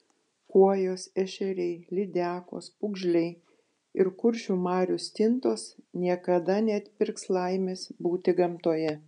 kuojos ešeriai lydekos pūgžliai ir kuršių marių stintos niekada neatpirks laimės būti gamtoje